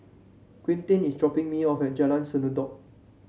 Quinten is dropping me off at Jalan Sendudok